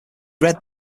led